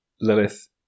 Lilith